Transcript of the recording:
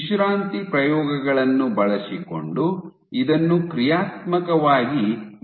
ವಿಶ್ರಾಂತಿ ಪ್ರಯೋಗಗಳನ್ನು ಬಳಸಿಕೊಂಡು ಇದನ್ನು ಕ್ರಿಯಾತ್ಮಕವಾಗಿ ನಿರ್ಣಯಿಸಲಾಗುತ್ತದೆ